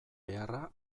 beharra